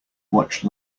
watch